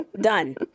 Done